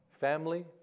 family